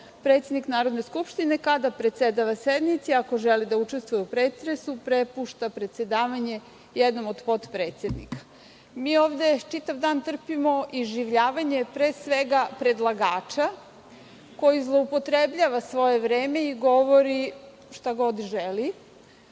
predsednik Narodne skupštine kada predsedava sednici ako želi da učestvuje u pretresu prepušta predsedavanje jednom od potpredsednika. Mi ovde čitav dan trpimo iživljavanje pre svega predlagača koji zloupotrebljava svoje vreme i govori šta god želi,